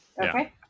Okay